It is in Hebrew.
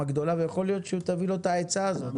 גדולה ויכול להיות שתיתן לו את העצה הזאת והוא יכלול אותה.